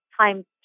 time